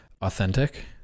authentic